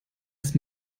ist